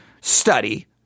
study